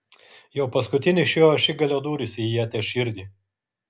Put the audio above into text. jau paskutinis šio ašigalio dūris į ieties širdį